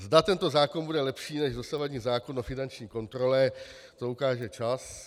Zda tento zákon bude lepší než dosavadní zákon o finanční kontrole, to ukáže čas.